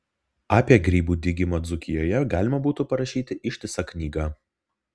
apie grybų dygimą dzūkijoje galima būtų parašyti ištisą knygą